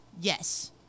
Yes